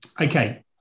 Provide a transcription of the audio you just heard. okay